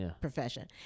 profession